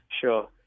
Sure